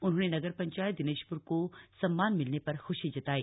उन्होंने नगर पंचायत दिनेशप्र को सम्मान मिलने पर ख्शी जताई